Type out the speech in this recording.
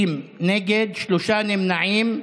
50 נגד, נמנעים,